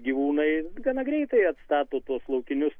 gyvūnai gana greitai atstato tuos laukinius